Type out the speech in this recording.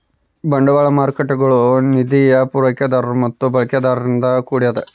ಬಂಡವಾಳ ಮಾರ್ಕೇಟ್ಗುಳು ನಿಧಿಯ ಪೂರೈಕೆದಾರರು ಮತ್ತು ಬಳಕೆದಾರರಿಂದ ಕೂಡ್ಯದ